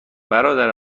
برادر